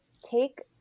take